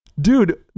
Dude